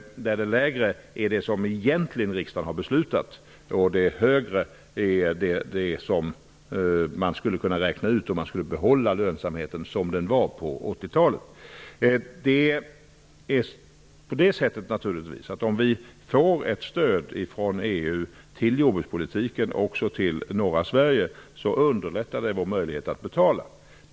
Det lägre beloppet är det som riksdagen egentligen har beslutat om, medan det högre är det som skulle krävas för att behålla lönsamheten på den nivå den hade på 1980-talet. Om vi får ett stöd från EU till jordbrukspolitiken även i norra Sverige, underlättar det våra möjligheter att betala.